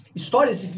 histórias